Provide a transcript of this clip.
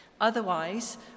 Otherwise